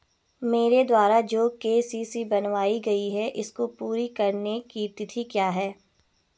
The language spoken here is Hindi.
मेरे द्वारा जो के.सी.सी बनवायी गयी है इसको पूरी करने की तिथि क्या है?